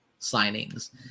signings